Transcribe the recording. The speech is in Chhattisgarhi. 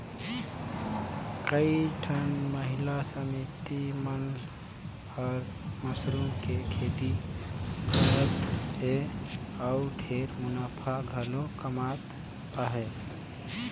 कयोठन महिला समिति मन हर मसरूम के खेती करत हें अउ ढेरे मुनाफा घलो कमात अहे